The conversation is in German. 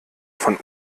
von